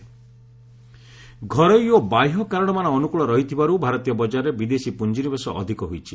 FPI inflow ଘରୋଇ ଓ ବାହ୍ୟ କାରଣମାନ ଅନୁକୂଳ ରହିବାରୁ ଭାରତୀୟ ବଜାରରେ ବିଦେଶୀ ପୁଞ୍ଜିନିବେଶ ଅଧିକ ହୋଇଛି